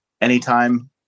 anytime